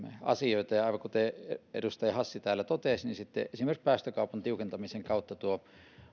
asioita ja aivan kuten edustaja hassi täällä totesi sitten esimerkiksi päästökaupan tiukentamisen kautta tuo